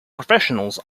professionals